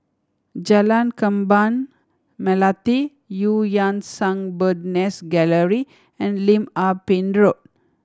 Jalan Kembang Melati Eu Yan Sang Bird Nest Gallery and Lim Ah Pin Road